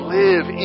live